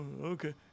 okay